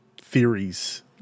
theories